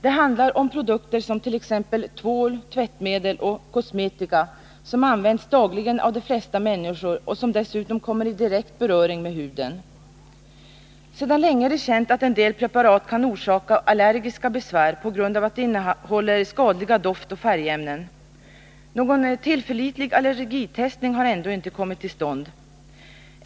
Det handlar om produkter som tvål, tvättmedel och kosmetika, som används dagligen av de flesta människor och som dessutom kommer i direkt beröring med huden. Sedan länge är det känt att en del preparat kan orsaka allergiska besvär på grund av att de innehåller skadliga doftoch färgämnen. Någon tillförlitlig allergitestning har ändå inte kommit till stånd.